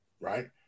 right